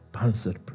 Answered